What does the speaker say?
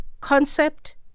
Concept